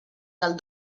del